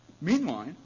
Meanwhile